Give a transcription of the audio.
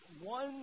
one